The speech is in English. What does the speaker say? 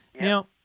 Now